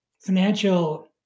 financial